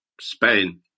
Spain